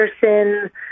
person